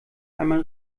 einmal